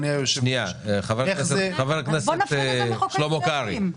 חבר הכנסת קרעי,